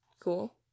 Cool